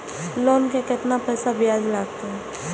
Loan के केतना पैसा ब्याज लागते?